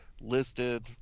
listed